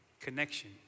connection